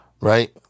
Right